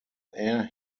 air